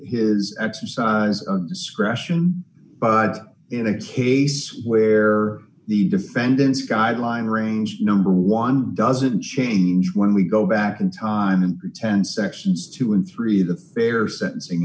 his exercise discretion in a case where the defendant's guideline range number one doesn't change when we go back in time and pretend sections two and three the fair sentencing